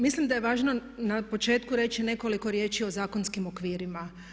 Mislim da je važno na početku reći nekoliko riječi o zakonskim okvirima.